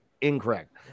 incorrect